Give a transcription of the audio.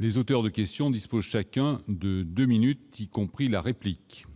Les auteurs des questions disposent chacun de deux minutes, y compris pour la réplique.